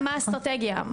מה האסטרטגיה?